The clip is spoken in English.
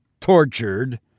tortured